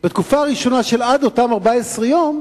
בתקופה הראשונה של עד 14 יום,